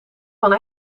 van